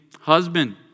husband